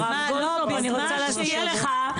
הרב גולדקנופ אני רוצה להזכיר לך,